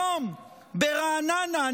היום ברעננה,